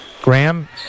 Graham